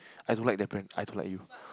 I don't like that brand I don't like you